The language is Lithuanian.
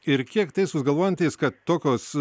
ir kiek teisūs galvojantys kad tokios